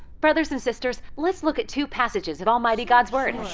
brothers and sisters, let's look at two passages of almighty god's word.